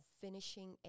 finishing